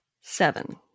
Seven